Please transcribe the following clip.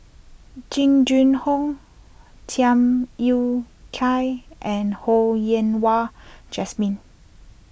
Jing Jun Hong Tham Yui Kai and Ho Yen Wah Jesmine